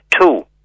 Two